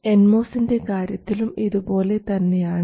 N മോസിൻറെ കാര്യത്തിലും ഇതുപോലെ തന്നെയാണ്